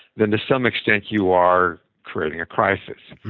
then to some extent you are creating a crisis.